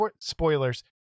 spoilers